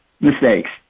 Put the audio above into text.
mistakes